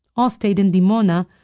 all stayed in dimona,